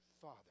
father